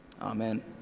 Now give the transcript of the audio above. Amen